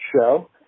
show